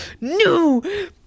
no